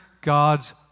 God's